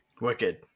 Wicked